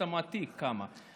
שאתה מעתיק כמה?